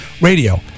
Radio